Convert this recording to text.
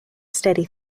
steady